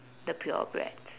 the purebreds